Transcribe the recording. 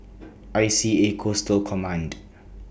I C A Coastal Command